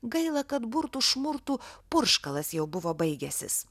gaila kad burtų šmurtų purškalas jau buvo baigęsis